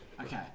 Okay